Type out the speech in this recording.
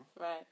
Right